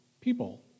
people